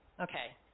okay